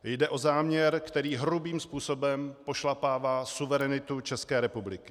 Jde o záměr, který hrubým způsobem pošlapává suverenitu České republiky.